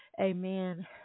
Amen